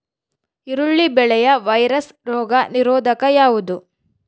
ಈರುಳ್ಳಿ ಬೆಳೆಯ ವೈರಸ್ ರೋಗ ನಿರೋಧಕ ಯಾವುದು?